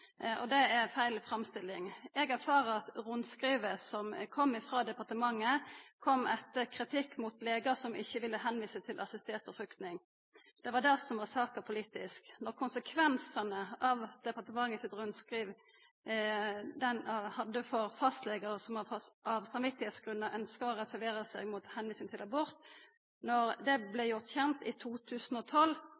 og knebla i den raud-grøne regjeringa i denne saka, men var fristilt no først etter valet. Det er feil framstilling. Eg erfarer at rundskrivet som kom frå departementet, kom etter kritikk mot legar som ikkje ville gi tilvising til assistert befruktning. Det var det som var saka politisk. Då departementet sitt rundskriv og konsekvensane for fastlegar som av samvitsgrunnar ønskjer å reservera seg mot tilvising til